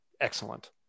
excellent